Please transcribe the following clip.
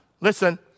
Listen